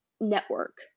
network